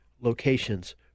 locations